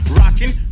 rocking